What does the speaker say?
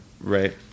Right